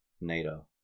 NATO